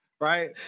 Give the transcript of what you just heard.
Right